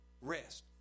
rest